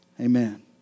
Amen